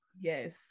Yes